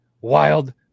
wild